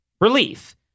relief